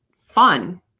fun